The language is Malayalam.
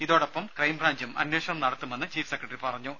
ഇതോടൊപ്പം ക്രൈംബ്രാഞ്ചും അന്വേഷണം നടത്തുമെന്ന് ചീഫ് സെക്രട്ടറി പറഞ്ഞു